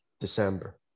December